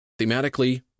Thematically